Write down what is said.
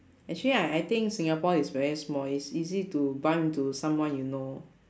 actually I I think singapore is very small is easy to bump into someone you know